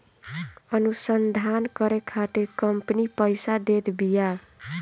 अनुसंधान करे खातिर कंपनी पईसा देत बिया